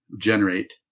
generate